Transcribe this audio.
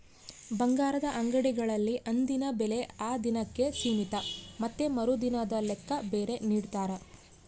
ಬಂಗಾರದ ಅಂಗಡಿಗಳಲ್ಲಿ ಅಂದಿನ ಬೆಲೆ ಆ ದಿನಕ್ಕೆ ಸೀಮಿತ ಮತ್ತೆ ಮರುದಿನದ ಲೆಕ್ಕ ಬೇರೆ ನಿಡ್ತಾರ